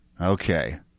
Okay